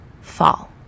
fall